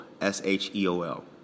S-H-E-O-L